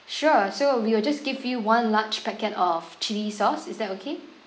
sure so we will just give you one large packet of chilli sauce is that okay